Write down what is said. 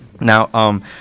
Now –